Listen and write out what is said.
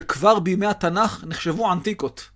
כבר בימי התנ״ך נחשבו "ענתיקות".